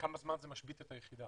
לכמה זמן זה משבית את היחידה?